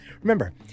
Remember